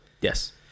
Yes